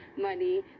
money